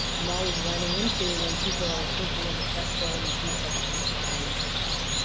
i'm always running into, when people are thinking of accessibility too much as a compliance issue.